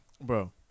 Bro